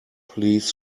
please